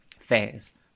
phase